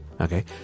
Okay